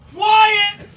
quiet